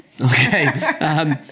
Okay